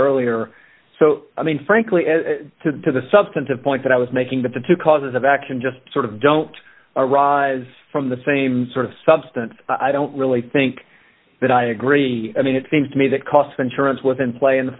earlier so i mean frankly as to the substantive point that i was making that the two causes of action just sort of don't arise from the same sort of substance i don't really think that i agree i mean it seems to me that cost insurance was in play in the